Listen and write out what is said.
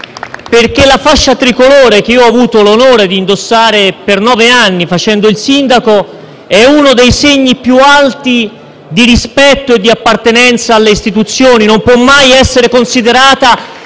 la fascia tricolore, che io ho avuto l'onore di indossare per nove anni, facendo il sindaco, è uno dei segni più alti di rispetto e di appartenenza alle istituzioni e non può mai essere considerata